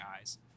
eyes